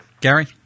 Gary